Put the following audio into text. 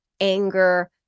anger